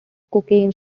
cocaine